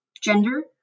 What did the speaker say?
gender